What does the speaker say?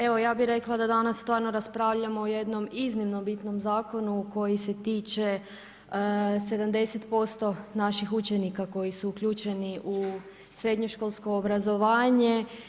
Evo ja bih rekla da danas stvarno raspravljamo o jednom iznimno bitnom zakonu koji se tiče 70% naših učenika koji su uključeni u srednjoškolsko obrazovanje.